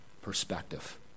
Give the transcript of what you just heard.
Perspective